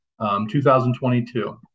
2022